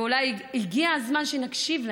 ואולי הגיע הזמן שנקשיב,